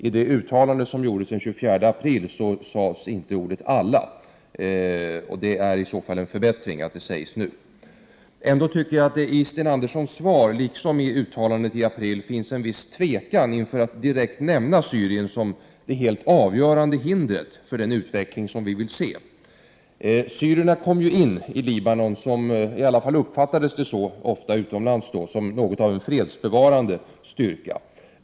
I det uttalande som gjordes den 24 april sades inte ordet ”alla”. Det är i så fall en förbättring. Ändå tycker jag att det i Sten Anderssons svar liksom i uttalandet från april finns en viss tvekan att direkt nämna Syrien som det helt avgörande hindret för den utveckling som vi vill se. Syrierna kom in i Libanon som -— i alla fall uppfattades det så utomlands — något av en fredsbevarande styrka.